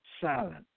silent